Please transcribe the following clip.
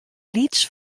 lyts